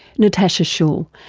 natasha schull,